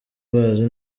bazi